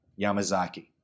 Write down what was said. Yamazaki